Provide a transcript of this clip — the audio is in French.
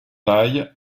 paille